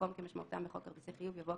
במקום "כמשמעותם בחוק כרטיסי חיוב" יבוא